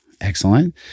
excellent